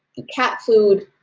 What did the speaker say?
and cat food.